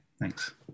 thanks